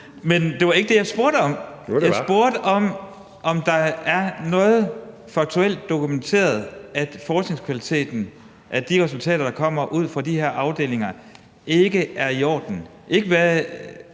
Jo, det var). Jeg spurgte om, om der er noget faktuelt dokumenteret om forskningskvaliteten, altså at de resultater, der kommer ud fra de her afdelinger, ikke er i orden.